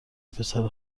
پسر